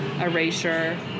erasure